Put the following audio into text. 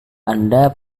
anda